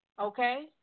Okay